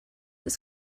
das